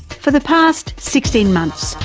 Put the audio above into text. for the past sixteen months,